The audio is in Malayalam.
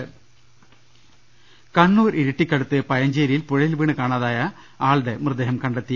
രദേഷ്ടങ കണ്ണൂർ ഇരിട്ടിക്കടുത്ത് പയഞ്ചേരിയിൽ പുഴയിൽ വീണ് കാണാതായാ ളുടെ മൃതദേഹം കണ്ടെത്തി